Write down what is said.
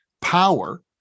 power